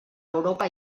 europa